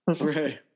Right